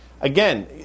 Again